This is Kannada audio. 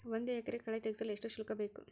ಒಂದು ಎಕರೆ ಕಳೆ ತೆಗೆಸಲು ಎಷ್ಟು ಶುಲ್ಕ ಬೇಕು?